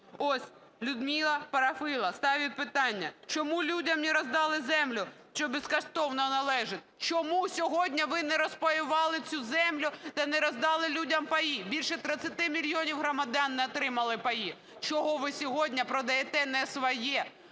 Ось Людмила Парафило ставить питання: "Чому людям не роздали землю, що безкоштовно належить?" Чому сьогодні ви не розпаювали цю землю та не роздали людям паї? Більше 30 мільйонів громадян не отримали паї. Чого ви сьогодні продаєте не своє?